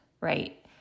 right